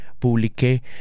publiqué